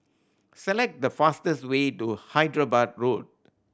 select the fastest way to Hyderabad Road